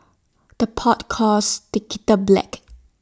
the pot calls the kettle black